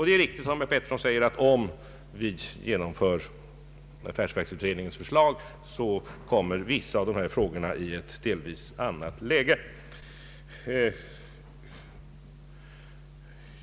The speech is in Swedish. Det är riktigt, som herr Pettersson säger, att om vi genomför affärsverksutredningens förslag kommer vissa av dessa frågor i ett delvis annat läge.